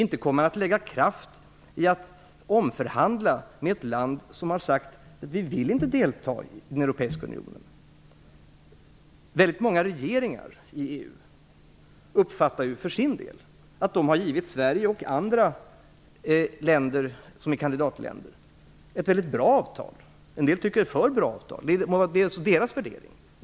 Inte kommer EU att lägga ned kraft på att omförhandla villkoren med ett land som har sagt att det inte vill vara med i Europeiska unionen. Många regeringar i EU uppfattar för sin del att de har givit Sverige och andra kandidatländer mycket bra avtal, som en del tycker för bra avtal. Det är deras värderingar.